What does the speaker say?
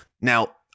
Now